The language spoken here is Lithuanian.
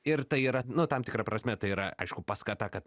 ir tai yra nu tam tikra prasme tai yra aišku paskata kad